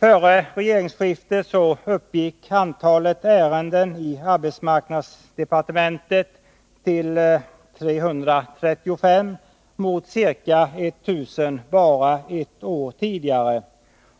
Före regeringsskiftet uppgick antalet ärenden i arbetsmarknadsdepartementet till 335 mot ca 1000 bara ett år tidigare.